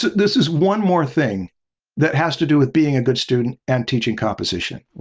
this is one more thing that has to do with being a good student and teaching composition.